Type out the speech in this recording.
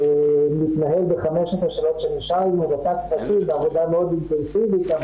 מתנהל בחמשת השאלות שנשאלנו עם אותם צוותים בעבודה מאוד אינטנסיבית.